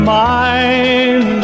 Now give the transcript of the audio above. mind